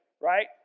right